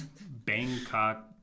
Bangkok